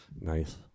Nice